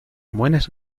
buenas